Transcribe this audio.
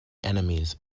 enemies